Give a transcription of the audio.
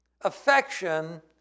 affection